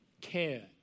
care